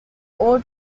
all